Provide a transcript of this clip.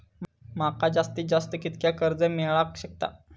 माका जास्तीत जास्त कितक्या कर्ज मेलाक शकता?